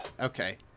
Okay